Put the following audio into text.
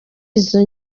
izo